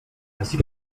así